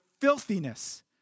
filthiness